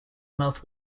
mouth